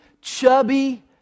chubby